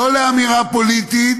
לא לאמירה פוליטית